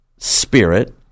spirit